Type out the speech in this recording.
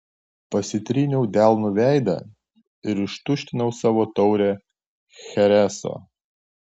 pasitryniau delnu veidą ir ištuštinau savo taurę chereso